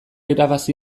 irabazi